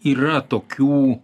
yra tokių